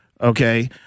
Okay